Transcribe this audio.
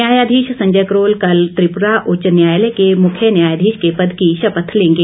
न्यायाधीश संजय करोल कल त्रिपुरा उच्च न्यायालय के मुख्य न्यायाधीश के पद की शपथ लेंगे